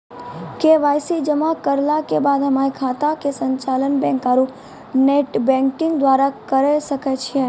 KYC जमा करला के बाद हम्मय खाता के संचालन बैक आरू नेटबैंकिंग द्वारा करे सकय छियै?